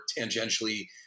tangentially